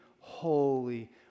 holy